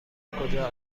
کجا